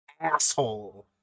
asshole